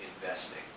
investing